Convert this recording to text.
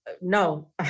no